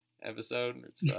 episode